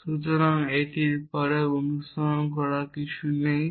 সুতরাং এর পরে অনুসরণ করার কিছু নেই